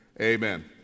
Amen